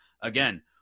again